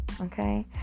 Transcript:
Okay